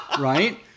Right